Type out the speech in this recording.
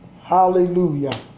Hallelujah